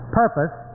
purpose